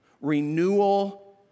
renewal